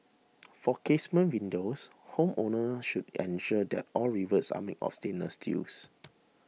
for casement windows homeowners should ensure that all rivets are made of stainless steels